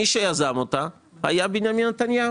מי שיזם אותה היה בנימין נתניהו.